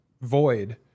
void